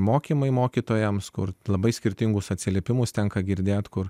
mokymai mokytojams kur labai skirtingus atsiliepimus tenka girdėt kur